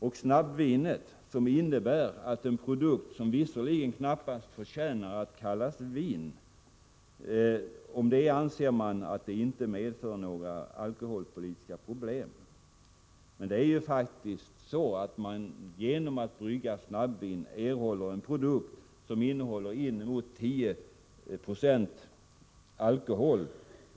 Och snabbvinet, som visserligen knappast förtjänar att kallas vin, anser man inte medföra några alkoholpolitiska problem. Men genom att brygga snabbvin erhåller man en produkt, som faktiskt innehåller inemot 1096 alkohol.